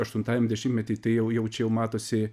aštuntajam dešimtmety tai jau jau čia jau matosi